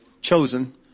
chosen